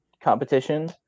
competition